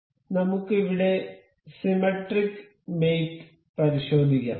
അതിനാൽ നമുക്ക് ഇവിടെ സിമെട്രിക് മേറ്റ് പരിശോധിക്കാം